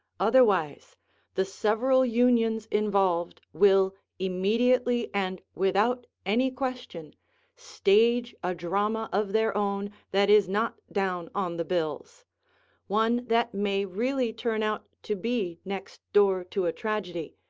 otherwise the several unions involved will immediately and without any question stage a drama of their own that is not down on the bills one that may really turn out to be next door to a tragedy,